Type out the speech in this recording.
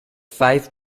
vijf